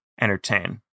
entertain